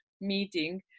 meeting